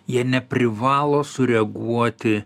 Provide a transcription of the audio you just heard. jie neprivalo sureaguoti